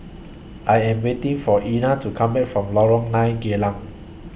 I Am waiting For Ina to Come Back from Lorong nine Geylang